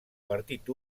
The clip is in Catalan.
partit